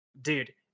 dude